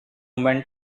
woman